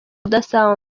udasanzwe